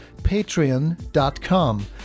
patreon.com